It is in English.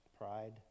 Pride